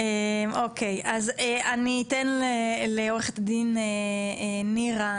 אני אתן לעורכת הדין נירה,